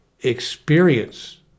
experience